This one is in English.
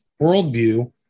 worldview